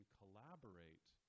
collaborate